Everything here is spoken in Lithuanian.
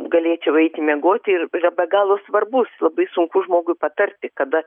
galėčiau eiti miegoti ir yra be galo svarbus labai sunku žmogui patarti kada